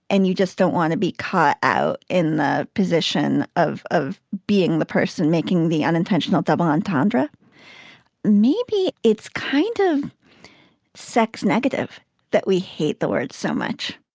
and you just don't want to be caught out in the position of of being the person making the unintentional double entendre maybe it's kind of sex negative that we hate the word so much